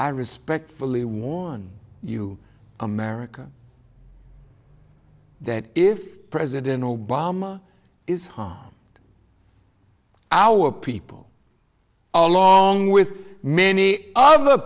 i respectfully warn you america that if president obama is home our people along with many other